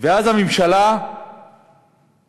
ואז הממשלה החליטה,